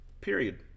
period